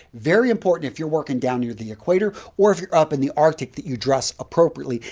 very important if you're working down near the equator or if you're up in the arctic that you dress appropriately.